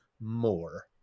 more